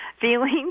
feelings